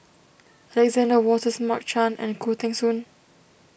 Alexander Wolters Mark Chan and Khoo Teng Soon